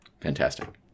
Fantastic